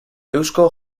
eusko